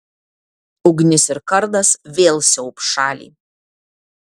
ugnis ir kardas vėl siaubs šalį